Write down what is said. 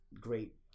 Great